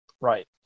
Right